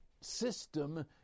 system